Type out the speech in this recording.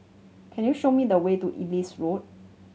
can you show me the way to Ellis Road